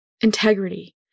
Integrity